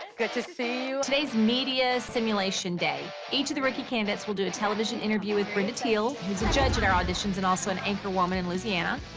good to see you. today's media simulation day. each of the rookie candidates will do a television interview with brenda teele, who's a judge at our auditions and also an anchorwoman in louisiana.